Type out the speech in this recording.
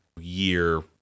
year